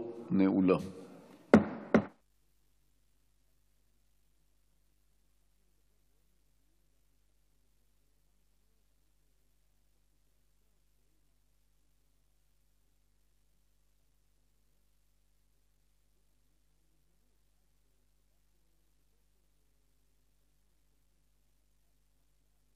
באייר התשפ"א, 13